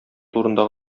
турында